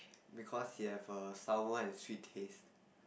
because it have a sour and sweet taste